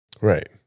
right